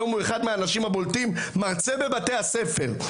היום הוא אחד מהאנשים הבולטים, מרצה בבתי הספר.